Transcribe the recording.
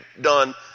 done